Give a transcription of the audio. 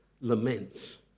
laments